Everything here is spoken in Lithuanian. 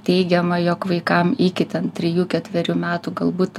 teigiama jog vaikam iki ten trijų ketverių metų galbūt to